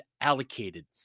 allocated